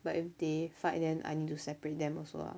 but if they fight then I need to separate them also ah